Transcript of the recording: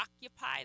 occupy